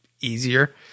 easier